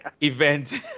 event